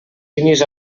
línies